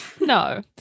No